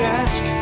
ask